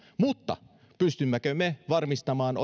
mutta pystymmekö me varmistamaan